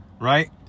right